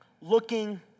looking